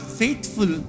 faithful